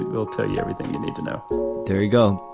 we'll tell you everything you need to know there you go.